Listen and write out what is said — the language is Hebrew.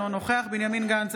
אינו נוכח בנימין גנץ,